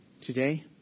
Today